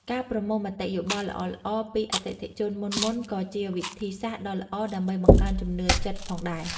ការប្រមូលមតិយោបល់ល្អៗពីអតិថិជនមុនៗក៏ជាវិធីសាស្ត្រដ៏ល្អដើម្បីបង្កើនជំនឿចិត្តផងដែរ។